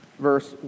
verse